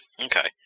Okay